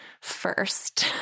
first